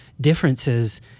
differences